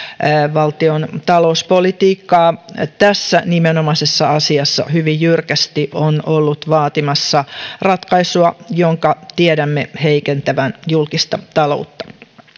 valtiontalouspolitiikkaa tässä nimenomaisessa asiassa hyvin jyrkästi on ollut vaatimassa ratkaisua jonka tiedämme heikentävän julkista taloutta